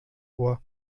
ohr